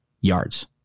yards